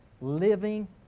living